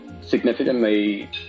significantly